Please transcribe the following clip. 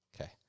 Okay